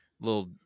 little